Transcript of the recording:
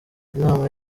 inama